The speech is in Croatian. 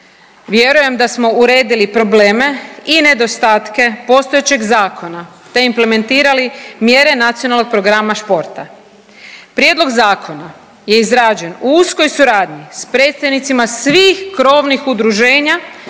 vjerujem da smo uredili probleme i nedostatke postojećeg zakona te implementirali mjere Nacionalnog programa športa. Prijedlog zakona je izrađen u uskoj suradnji s predstavnicima svih krovnih udruženja,